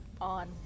on